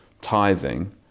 tithing